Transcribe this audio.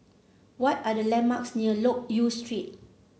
what are the landmarks near Loke Yew Street